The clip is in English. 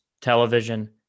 television